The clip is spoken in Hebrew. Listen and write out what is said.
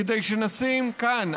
כדי שנשים כאן,